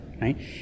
right